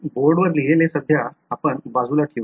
बोर्डवर लिहिलेले बाजूला ठेवा